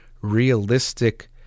realistic